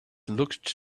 looked